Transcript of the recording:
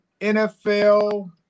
NFL